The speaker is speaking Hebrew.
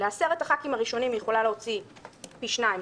לעשרת חברי הכנסת הראשונים היא יכולה להוציא פי שניים,